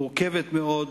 מורכבת מאוד,